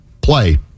play